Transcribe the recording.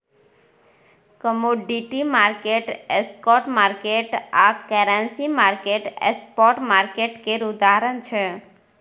commodity market, stock market आ currency market spot market केर उदाहरण छै